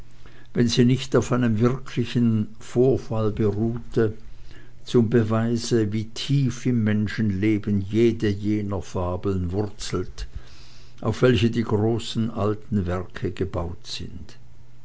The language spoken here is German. wenn sie nicht auf einem wirklichen vorfall beruhte zum beweise wie tief im menschenleben jede jener fabeln wurzelt auf welche die großen alten werke gebaut sind